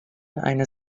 eine